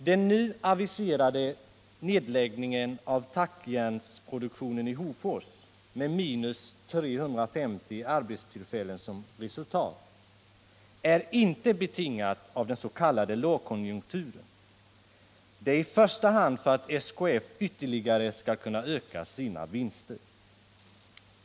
Den nu aviserade nedläggningen av tackjärnsproduktionen i Hofors, med minus 350 arbetstillfällen som resultat, är inte betingad av den s.k. lågkonjunkturen. Den sker i första hand för att SKF ytterligare skall garantera sysselsättningen i Hofors garantera sysselsättningen i Hofors kunna öka sina vinster.